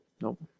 Nope